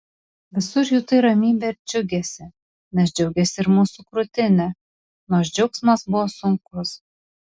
visur jutai ramybę ir džiugesį nes džiaugėsi ir mūsų krūtinė nors džiaugsmas buvo sunkus